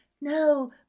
No